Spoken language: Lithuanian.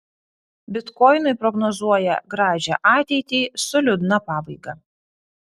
bitkoinui prognozuoja gražią ateitį su liūdna pabaiga